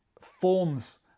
forms